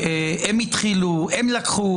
הם התחילו, הם לקחו.